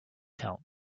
count